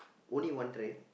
only one right